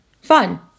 fun